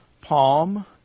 palm